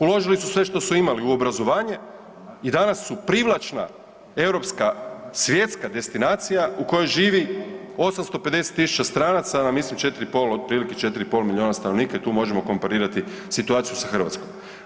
Uložili su sve što su imali u obrazovanje i danas su privlačna europska svjetska destinacija u kojoj živi 850 tisuća stranaca na mislim 4,5, otprilike 4,5 milijuna stanovnika i tu možemo komparirati situaciju sa Hrvatskom.